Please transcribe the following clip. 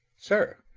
sir,